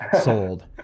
sold